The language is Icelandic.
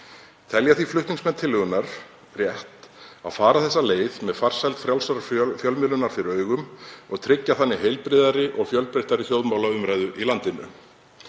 Telja því flutningsmenn tillögunnar rétt að fara þessa leið með farsæld frjálsrar fjölmiðlunar fyrir augum og tryggja þannig heilbrigðari og fjölbreyttari þjóðmálaumræðu í landinu.